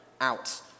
out